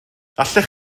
allech